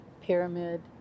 pyramid